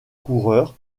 coureurs